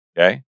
Okay